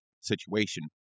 situation